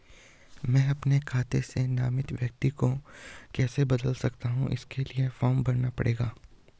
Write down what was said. मैं अपने खाते से नामित व्यक्ति को कैसे बदल सकता हूँ इसके लिए फॉर्म भरना पड़ेगा?